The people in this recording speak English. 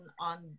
on